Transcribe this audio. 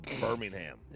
Birmingham